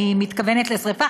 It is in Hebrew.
אני מתכוונת לשרפה?